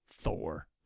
Thor